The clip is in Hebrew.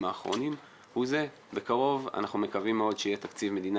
האחרונים הוא שבקרוב אנחנו מקווים שיהיה תקציב מדינה